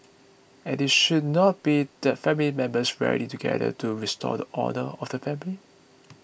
and it should not be that family members rally together to restore the honour of the family